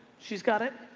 she's got it.